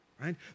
right